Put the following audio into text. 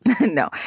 No